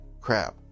crap